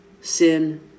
sin